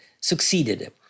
succeeded